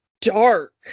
dark